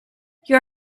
your